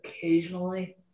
occasionally